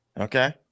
Okay